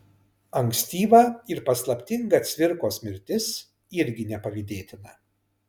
ankstyva ir paslaptinga cvirkos mirtis irgi nepavydėtina